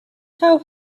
how